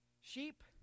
Sheep